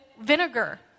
vinegar